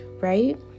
Right